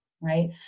right